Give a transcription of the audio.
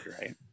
right